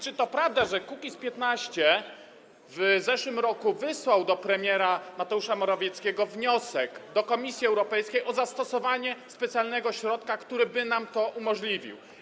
Czy to prawda, że Kukiz’15 w zeszłym roku wysłał do premiera Mateusza Morawieckiego wniosek do Komisji Europejskiej o zastosowanie specjalnego środka, który by nam to umożliwił?